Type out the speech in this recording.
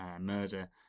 murder